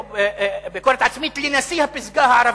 שעושה ביקורת עצמית, לנשיא הפסגה הערבית.